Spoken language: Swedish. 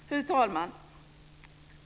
Fru talman!